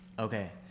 Okay